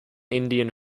indian